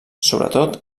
sobretot